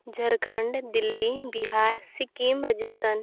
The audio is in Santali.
ᱡᱷᱟᱲᱠᱷᱚᱸᱰ ᱫᱤᱞᱞᱤ ᱵᱤᱦᱟᱨ ᱥᱤᱠᱤᱢ ᱨᱟᱡᱚᱥᱛᱷᱟᱱ